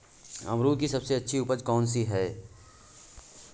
अमरूद की सबसे अच्छी उपज कौन सी है?